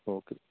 okay ਜੀ